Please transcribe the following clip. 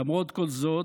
למרות כל זאת,